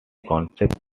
concept